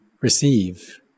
receive